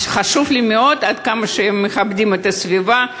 חשוב לי מאוד עד כמה הם מכבדים את הסביבה,